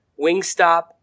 Wingstop